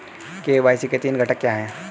KYC के तीन घटक क्या हैं?